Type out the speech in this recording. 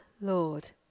Lord